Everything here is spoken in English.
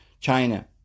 China